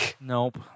Nope